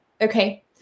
okay